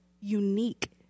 unique